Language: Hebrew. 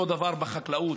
אותו דבר בחקלאות.